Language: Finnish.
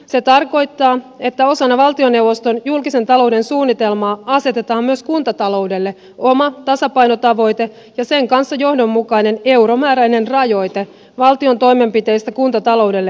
se tarkoittaa että osana valtioneuvoston julkisen talouden suunnitelmaa asetetaan myös kuntataloudelle oma tasapainotavoite ja sen kanssa johdonmukainen euromääräinen rajoite valtion toimenpiteistä kuntataloudelle aiheutuviin menoihin